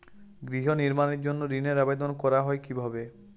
গৃহ নির্মাণের জন্য ঋণের আবেদন করা হয় কিভাবে?